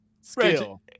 skill